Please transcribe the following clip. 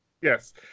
Yes